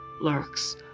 lurks